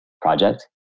project